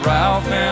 Ralph